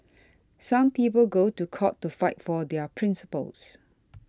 some people go to court to fight for their principles